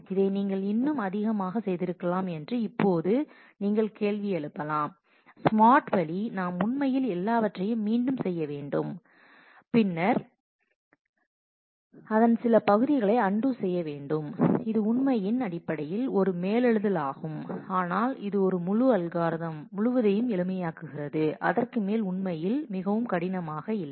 இதை நீங்கள் இன்னும் அதிகமாக செய்திருக்கலாம் என்று இப்போது நீங்கள் கேள்வி எழுப்பலாம் ஸ்மார்ட் வழி நாம் உண்மையில் எல்லாவற்றையும் மீண்டும் செய்ய வேண்டும் பின்னர் அதன் சில பகுதிகளை அன்டூ செய்ய வேண்டும் இது உண்மையின் அடிப்படையில் ஒரு மேலெழுதலாகும் ஆனால் இது முழு அல்காரிதம் முழுவதையும் எளிமையாக்குகிறது அதற்கு மேல் உண்மையில் மிகவும் கடினமாக இல்லை